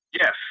Yes